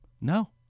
No